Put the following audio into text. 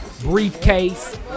briefcase